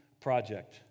Project